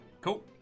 Cool